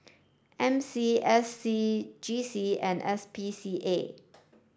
M C S C G C and S P C A